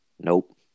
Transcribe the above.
Nope